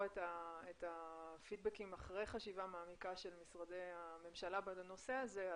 את הפידבקים אחרי חשיבה מעמיקה של משרדי הממשלה בנושא הזה,